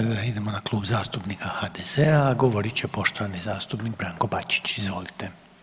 Sada idemo na Klub zastupnika HDZ-a, a govorit će poštovani zastupnik Branko Bačić, izvolite.